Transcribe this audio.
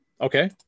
Okay